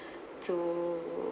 to